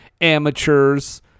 amateurs